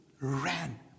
ran